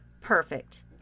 Perfect